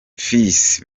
fils